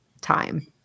time